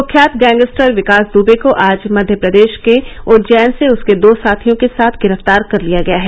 कख्यात gangster Vikas Dubey को आज मध्यप्रदेश के उज्जैन से उसके दो साथियों के साथ गिरफ्तार कर लिया गया है